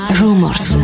rumors